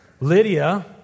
Lydia